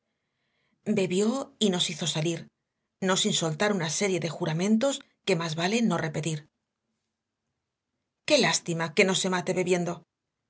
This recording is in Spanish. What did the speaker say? bebió y nos hizo salir no sin soltar una serie de juramentos que más vale no repetir qué lástima que no se mate bebiendo